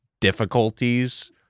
difficulties